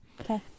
okay